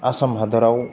आसाम हादोराव